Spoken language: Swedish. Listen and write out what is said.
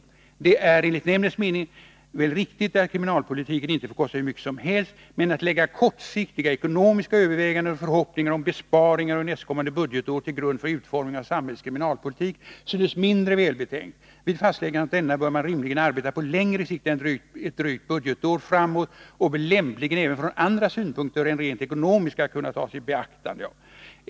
Det är enligt nämndens mening väl riktigt att kriminalpolitiken inte kan få kosta hur mycket som helst. Men att lägga kortsiktiga ekonomiska överväganden och förhoppningar om besparingar under nästkommande budgetår till grund för utformningen av samhällets kriminalpolitik synes mindre välbetänkt. Vid fastläggandet av denna bör man rimligen arbeta på längre sikt än ett drygt budgetår framåt och bör lämpligen även andra synpunkter än rent ekonomiska kunna tas i beaktande.